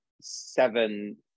seven